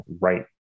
right